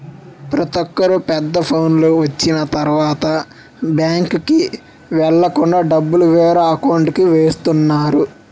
ప్రతొక్కరు పెద్ద ఫోనులు వచ్చిన తరువాత బ్యాంకుకి వెళ్ళకుండా డబ్బులు వేరే అకౌంట్కి వేస్తున్నారు